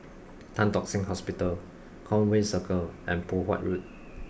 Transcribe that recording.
Tan Tock Seng Hospital Conway Circle and Poh Huat Road